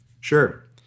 Sure